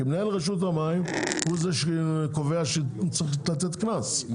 כי מנהל רשות המים הוא זה שקובע שצריך לתת קנס,